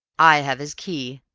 i have his key.